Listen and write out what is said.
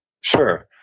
Sure